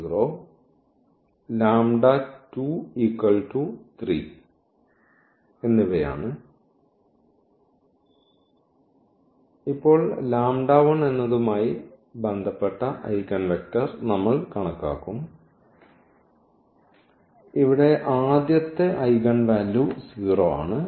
അതിനാൽ ഇപ്പോൾ എന്നതുമായി ബന്ധപ്പെട്ട ഐഗൺവെക്റ്റർ നമ്മൾ കണക്കാക്കും ഇവിടെ ആദ്യത്തെ ഐഗൺ വാല്യൂ 0 ആണ്